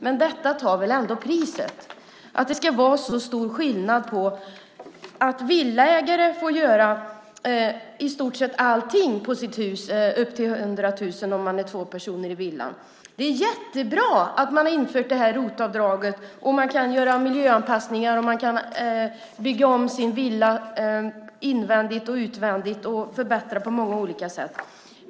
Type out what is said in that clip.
Men det tar väl ändå priset att det ska vara så stor skillnad att villaägare får göra i stort sett allting på sitt hus upp till 100 000 om man är två personer i villan. Det är jättebra att man har infört ROT-avdraget. Man kan göra miljöanpassningar och man kan bygga om sin villa invändigt och utvändigt och förbättra på många olika sätt.